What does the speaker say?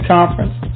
Conference